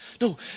No